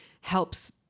helps